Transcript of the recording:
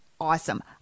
awesome